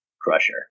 Crusher